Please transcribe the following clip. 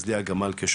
אז לי היה גמל כשכן.